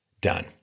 done